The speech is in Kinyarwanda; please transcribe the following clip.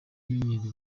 umenyerewe